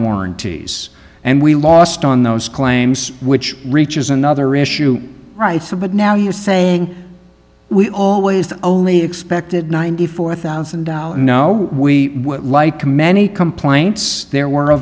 warranty s and we lost on those claims which reaches another issue right but now you're saying we always only expected ninety four thousand dollars no we would like to many complaints there were a